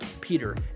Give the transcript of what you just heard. Peter